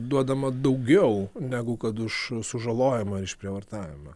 duodama daugiau negu kad už sužalojimą ar išprievartavimą